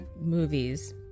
movies